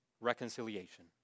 reconciliation